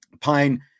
Pine